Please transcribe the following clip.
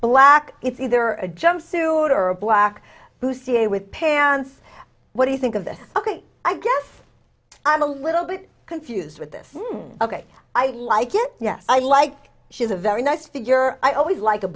black it's either a jumpsuit or a black blue ca with parents what do you think of that ok i guess i'm a little bit confused with this ok i like it yes i like she's a very nice figure i always like